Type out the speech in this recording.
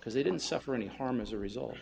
because they didn't suffer any harm as a result